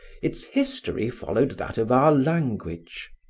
its history followed that of our language.